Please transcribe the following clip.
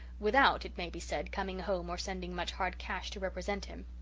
without, it may be said, coming home or sending much hard cash to represent him.